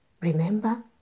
Remember